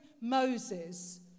Moses